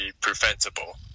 preventable